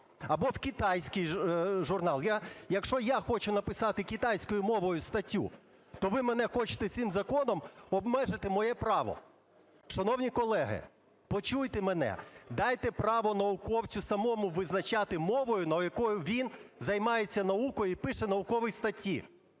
Або в китайський журнал. Якщо я хочу написати китайською мовою статтю, то ви мене хочете цим законом обмежити моє право! Шановні колеги, почуйте мене, дайте право науковцю самому визначати мову, на якій він займається наукою і пише наукові статті.